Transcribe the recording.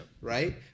Right